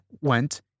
went